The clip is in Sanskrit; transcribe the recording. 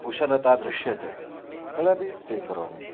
कुशलता दृश्यते तदपि स्वीकरोमि